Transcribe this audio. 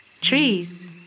Trees